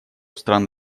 стран